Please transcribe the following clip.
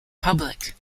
public